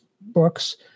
books